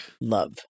Love